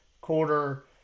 quarter